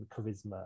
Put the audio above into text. charisma